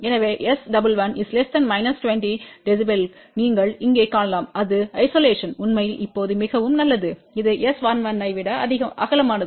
பிக்கு நீங்கள் இங்கே காணலாம் இது ஐசோலேஷன் உண்மையில் இப்போது மிகவும் நல்லது இது S11 ஐவிட அகலமானது